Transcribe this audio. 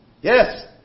Yes